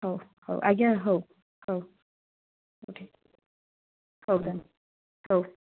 ହେଉ ହେଉ ଆଜ୍ଞା ହେଉ ହେଉ ହେଉ ତାହେଲେ ହେଉ